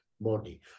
body